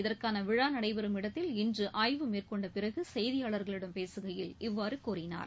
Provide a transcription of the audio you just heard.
இதற்கான விழா நடைபெறும் இடத்தில் இன்று ஆய்வு மேற்கொண்ட பிறகு செய்தியாளர்களிடம் பேசுகையில் இவ்வாறு கூறினார்